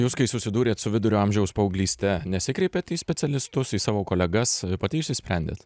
jūs kai susidūrėt su vidurio amžiaus paauglyste nesikreipėt į specialistus į savo kolegas pati išsisprendėt